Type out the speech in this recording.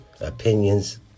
Opinions